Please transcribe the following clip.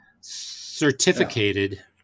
certificated